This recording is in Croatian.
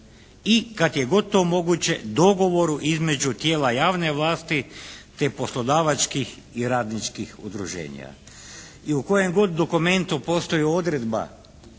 I kad je god to moguće dogovoru između tijela javne vlasti te poslodavačkih i radničkih udruženja. I u kojem god dokumentu postoji odredba